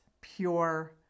pure